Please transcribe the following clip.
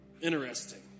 interesting